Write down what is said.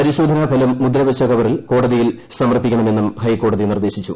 പരിശോധന ഫലം മുദ്രവച്ച കവറിൽ കോടതിയിൽ സമർപ്പിക്കണമെന്നും ഹൈക്കോടതി നിർദ്ദേശിച്ചു